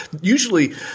Usually